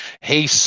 Hey